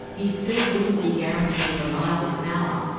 he still wouldn't be guaranteed reliable power.